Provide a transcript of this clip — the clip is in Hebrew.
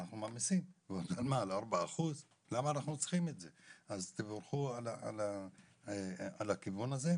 תבורכו על הכיוון הזה.